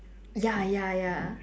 ya ya ya